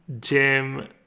Jim